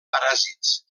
paràsits